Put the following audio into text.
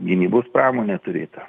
gynybos pramonę turėtą